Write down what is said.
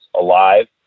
alive